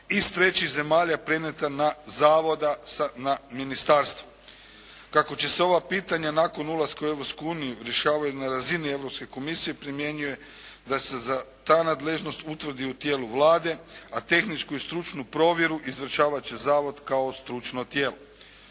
trećih zemalja prenijeta sa Zavoda na ministarstvo. Kako će se ova pitanja nakon ulaska u Europsku uniju, rješavaju na razini Europske komisije primjenjuje da se za ta nadležnost utvrdi u tijelu Vlade a tehničku i stručnu provjeru izvršavati će Zavod kao stručno tijelo.